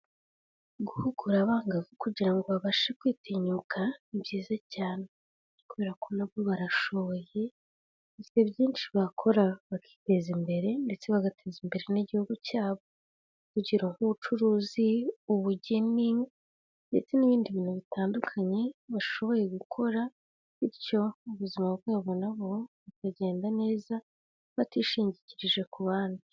Guhugura abangavu kugira ngo babashe kwitinyuka, ni byiza cyane kubera ko na bo barashoboye bafite byinshi bakora bakiteza imbere ndetse bagateza imbere n'igihugu cyabo, urugero nk'ubucuruzi, ubugeni ndetse n'ibindi bintu bitandukanye bashoboye gukora bityo ubuzima bwabo na bo bukagenda neza batishingikirije ku bandi.